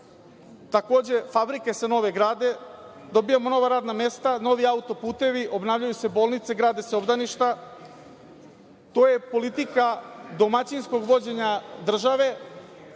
takođe fabrike se nove grade, dobijamo nova radna mesta, novi autoputevi, obnavljaju se bolnice, grade se obdaništa, to je politika domaćinskog vođenja države